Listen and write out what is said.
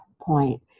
point